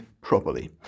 Properly